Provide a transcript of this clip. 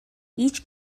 each